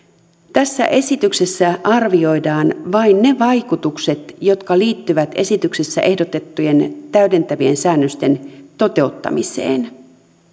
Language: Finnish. tässä esityksessä arvioidaan vain ne vaikutukset jotka liittyvät esityksessä ehdotettujen täydentävien säännösten toteuttamiseen